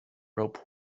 rope